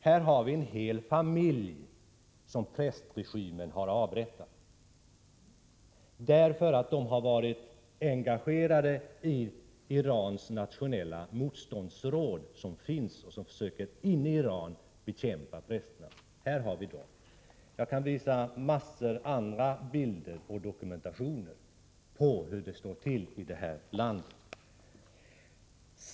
Här finns en hel familj som prästregimen har avrättat på grund av att familjemedlemmarna varit engagerade i Irans nationella motståndsråd, som inne i Iran försöker bekämpa prästerna. Jag kan visa många andra bilder och dokumentationer på hur det står till i det här landet.